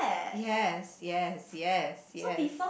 yes yes yes yes